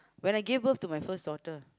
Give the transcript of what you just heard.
when I gave birth to my first daughter